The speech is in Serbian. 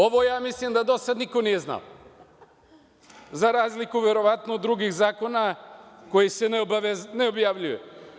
Ovo ja mislim da do sada niko nije znao, za razliku, verovatno, od drugih zakona koji se ne objavljuje.